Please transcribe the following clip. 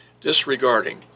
disregarding